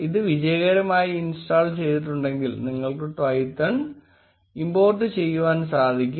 ഇത് വിജയകരമായി ഇൻസ്റ്റാൾ ചെയ്തിട്ടുണ്ടെങ്കിൽ നിങ്ങൾക്ക് Twython ഇമ്പോർട് ചെയ്യുവാൻ സാധിക്കും